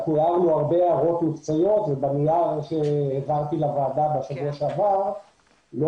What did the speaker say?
אנחנו הערנו הרבה הערות מקצועיות ובנייר שהעברתי לוועדה בשבוע שעבר לא